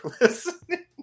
listening